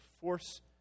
force